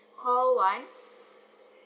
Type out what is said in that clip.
call one